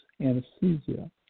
Anesthesia